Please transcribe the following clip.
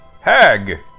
Hag